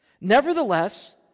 Nevertheless